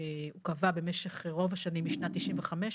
או קבע במשך רוב השנים משנת 95',